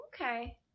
Okay